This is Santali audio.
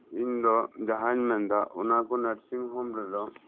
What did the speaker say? ᱤᱧᱫᱚ ᱡᱟᱦᱟᱧ ᱢᱮᱱᱫᱟ ᱚᱱᱟᱠᱚ ᱱᱟᱨᱥᱤᱝ ᱦᱳᱢ ᱨᱮᱫᱚ